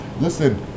Listen